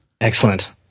Excellent